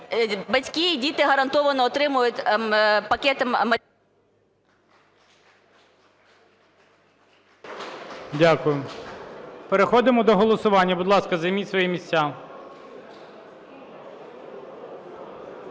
батьки, і діти гарантовано отримають пакети… ГОЛОВУЮЧИЙ. Дякую. Переходимо до голосування. Будь ласка, займіть свої місця.